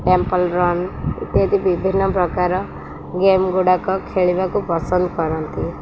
temple Run ଇତ୍ୟାଦି ବିଭିନ୍ନ ପ୍ରକାର ଗେମ୍ଗୁଡ଼ାକ ଖେଳିବାକୁ ପସନ୍ଦ କରନ୍ତି